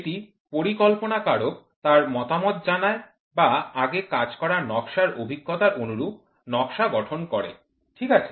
এটি পরিকল্পনা কারক তার মতামত জানায় বা আগে কাজ করা নকশার অভিজ্ঞতার অনুরূপ নকশা গঠন করে ঠিক আছে